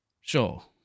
Sure